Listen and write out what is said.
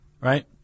right